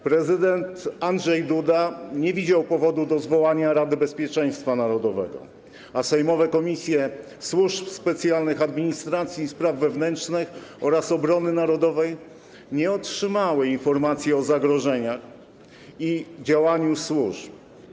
Prezydent Andrzej Duda nie widział powodu do zwołania posiedzenia Rady Bezpieczeństwa Narodowego, a sejmowe Komisje: do Spraw Służb Specjalnych, Administracji i Spraw Wewnętrznych oraz Obrony Narodowej nie otrzymały informacji o zagrożeniach i działaniu służb.